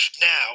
now